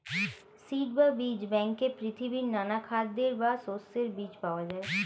seed বা বীজ ব্যাংকে পৃথিবীর নানা খাদ্যের বা শস্যের বীজ পাওয়া যায়